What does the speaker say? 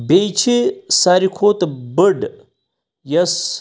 بیٚیہِ چھِ ساروے کھۄتہٕ بٔڈ یۄس